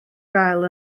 gael